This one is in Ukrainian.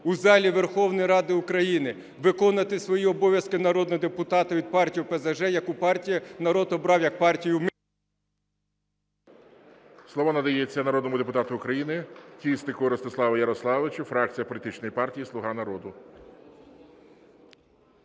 у залі Верховної Ради України, виконувати свої обов'язки народного депутата від партії ОПЗЖ, яку партію народ обрав як партію… ГОЛОВУЮЧИЙ. Слово надається народному депутату України Тістику Ростиславу Ярославовичу, фракція політичної партії "Слуга народу".